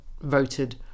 voted